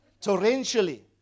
Torrentially